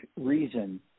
reason